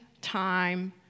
time